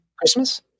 christmas